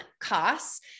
costs